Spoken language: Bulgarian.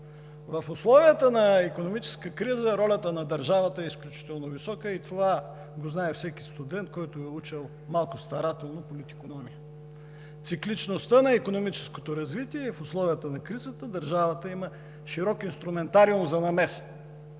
В условията на икономическа криза ролята на държавата е изключително висока и това го знае всеки студент, който е учил малко старателно политикономия. Цикличността на икономическото развитие е в условията на кризата, държавата има широк инструментариум за намеса